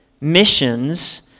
missions